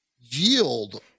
yield